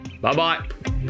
Bye-bye